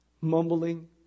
mumbling